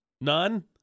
None